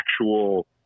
actual